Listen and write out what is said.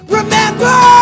remember